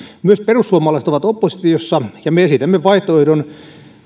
myös perussuomalaiset ovat oppositiossa ja me esitämme vaihtoehdon